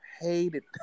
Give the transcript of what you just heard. hated